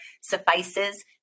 suffices